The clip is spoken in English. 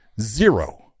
zero